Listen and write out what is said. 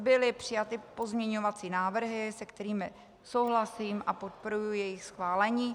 Byly přijaty pozměňovací návrhy, se kterými souhlasím a podporuji jejich schválení.